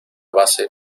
base